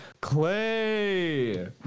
Clay